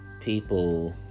people